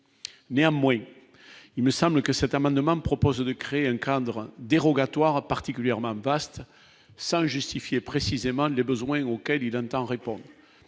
néanmoins, il me semble que cet amendement propose de créer un cadre dérogatoire particulièrement vaste sans justifier précisément les besoins auxquels il entend répondre